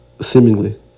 seemingly